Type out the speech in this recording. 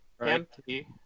empty